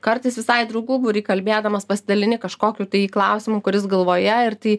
kartais visai draugų būry kalbėdamas pasidalini kažkokiu klausimu kuris galvoje ir tai